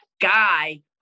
guy